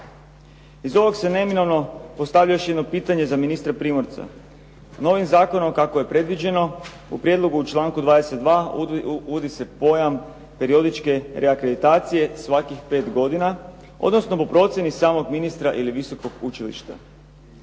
Iz ovog se neminovno postavlja još jedno pitanje za ministra Primorca. Novim zakonom kako je predviđeno u prijedlogu u članku 22. uvodi se pojam periodičke reakreditacije svakih 5 godina, odnosno po procjeni samog ministra ili visokog učilišta.